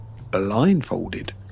blindfolded